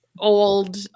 Old